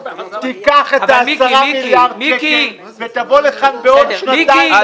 תיקח את ה-10 מיליארד שקל ותבוא לכאן בעוד שנתיים -- מיקי,